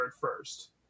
first